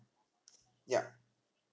ya